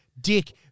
Dick